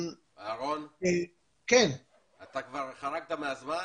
אתה כבר חרגת מהזמן.